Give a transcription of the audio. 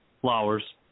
flowers